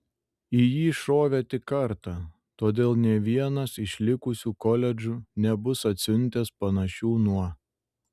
į jį šovė tik kartą todėl nė vienas iš likusių koledžų nebus atsiuntęs panašių nuo